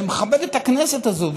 אני מכבד את הכנסת הזאת,